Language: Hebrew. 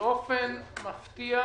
אדוני יושב-הראש, באופן מפתיע,